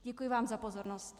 Děkuji vám za pozornost.